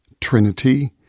trinity